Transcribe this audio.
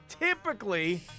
typically